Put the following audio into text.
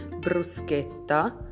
Bruschetta